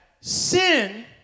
sin